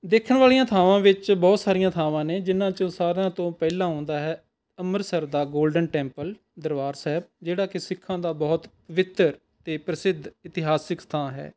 ਦੇਖਣ ਵਾਲ਼ੀਆਂ ਥਾਵਾਂ ਵਿੱਚ ਬਹੁਤ ਸਾਰੀਆਂ ਥਾਵਾਂ ਨੇ ਜਿਨ੍ਹਾਂ 'ਚੋਂ ਸਾਰਿਆਂ ਤੋਂ ਪਹਿਲਾਂ ਆਉਂਦਾ ਹੈ ਅੰਮ੍ਰਿਤਸਰ ਦਾ ਗੋਲਡਨ ਟੈਂਪਲ ਦਰਬਾਰ ਸਾਹਿਬ ਜਿਹੜਾ ਕਿ ਸਿੱਖਾਂ ਦਾ ਬਹੁਤ ਪਵਿੱਤਰ ਅਤੇ ਪ੍ਰਸਿੱਧ ਇਤਿਹਾਸਕ ਸਥਾਨ ਹੈ